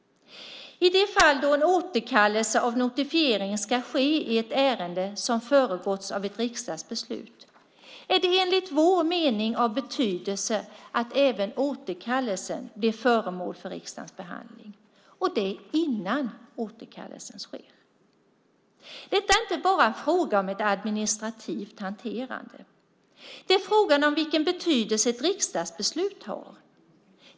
I de fall då en återkallelse av notifieringen ska ske i ett ärende som föregåtts av ett riksdagsbeslut är det enligt vår mening av betydelse att även återkallelsen blir föremål för riksdagens behandling och detta innan återkallelsen sker. Detta är inte bara en fråga om en administrativ hantering. Det är fråga om vilken betydelse ett riksdagsbeslut har.